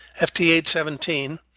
ft817